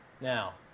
Now